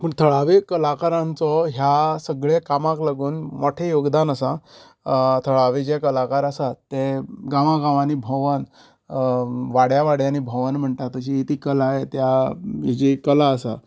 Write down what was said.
पूण थळाव्या कलाकरांचो ह्या सगळे कामाक लागून मोठे योगदान आसा थळावें जे कलाकार आसात ते गांवागांवानी भोंवन वाड्या वाड्यांनी भोंवन तशी ती कला ह्या हेजी जी कला आसा